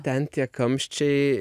ten tie kamščiai